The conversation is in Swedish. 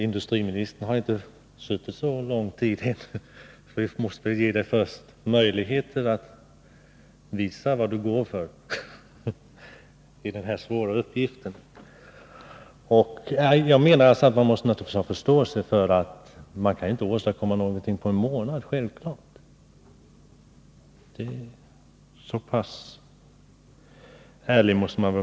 Industriministern har inte suttit så lång tid ännu, och vi måste först ge honom möjligheter att visa vad han går för i den här svåra uppgiften. Jag menar att man naturligtvis måste ha förståelse för att det inte går att åstadkomma någonting på en månad.